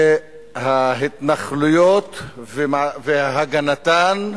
שההתנחלויות והגנתן,